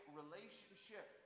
relationship